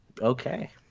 Okay